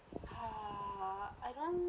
!huh! I don't